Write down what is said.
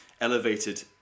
elevated